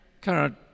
Current